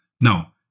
Now